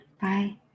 bye